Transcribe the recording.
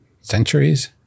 centuries